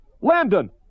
Landon